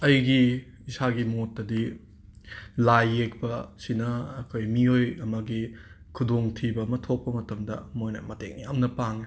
ꯑꯩꯒꯤ ꯏꯁꯥꯒꯤ ꯃꯣꯠꯇꯗꯤ ꯂꯥꯏ ꯌꯦꯛꯄ ꯑꯁꯤꯅ ꯑꯩꯈꯣꯏ ꯃꯤꯑꯣꯏ ꯑꯃꯒꯤ ꯈꯨꯗꯣꯡ ꯊꯤꯕ ꯑꯃ ꯊꯣꯛꯄ ꯃꯇꯝꯗ ꯃꯣꯏꯅ ꯃꯇꯦꯡ ꯌꯥꯝꯅ ꯄꯥꯡꯉꯦ